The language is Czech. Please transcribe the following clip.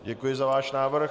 Děkuji za váš návrh.